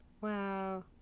wow